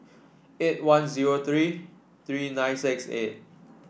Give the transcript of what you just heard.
eight one zero three three nine six eight